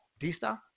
Dista